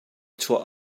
chuak